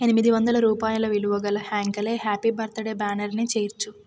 ఎనిమిది వందల రూపాయల విలువ గల హాంకలే హ్యాపీ బర్తడే బ్యానర్ని చేర్చు